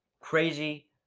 Crazy